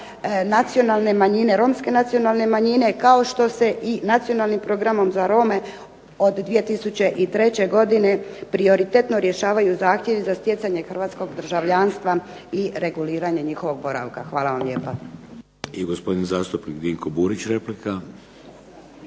nacionalne manjine, romske nacionalne manjine kao što se i Nacionalnim programom za Rome od 2003. godine prioritetno rješavaju zahtjevi za stjecanje hrvatskog državljanstva i reguliranje njihovog boravka. Hvala vam lijepa.